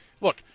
Look